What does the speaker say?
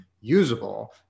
usable